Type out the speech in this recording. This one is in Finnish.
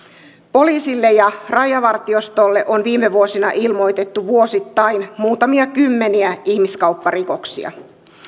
poliisille ja rajavartiostolle on viime vuosina ilmoitettu vuosittain muutamia kymmeniä ihmiskaupparikoksia